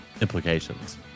implications